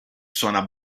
suona